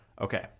Okay